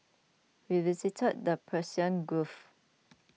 we visited the Persian Gulf